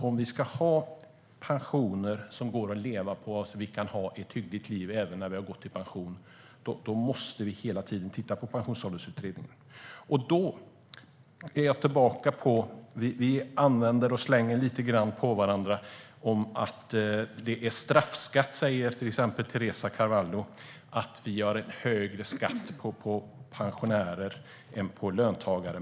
Om vi ska ha pensioner som det går att leva på så att vi kan ha ett hyggligt liv även när vi gått i pension måste vi hela tiden titta på pensionsåldersutredningen. Därmed är jag tillbaka till det som sas tidigare. Vi slänger lite grann ut påståenden mot varandra. Till exempel säger Teresa Carvalho att det är en straffskatt när skatten för pensionärer är högre än för löntagare.